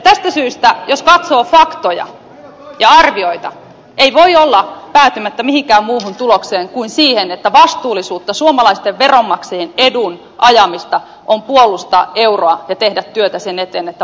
tästä syystä jos katsoo faktoja ja arvioita ei voi olla päätymättä mihinkään muuhun tulokseen kuin siihen että vastuullisuutta suomalaisten veronmaksajien edun ajamista on puolustaa euroa ja tehdä työtä sen eteen että valuutta jatkossakin säilyy